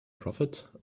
prophet